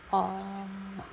oh